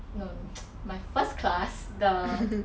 no my first class the